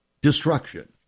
Destruction